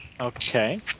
Okay